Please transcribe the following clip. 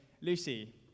Lucy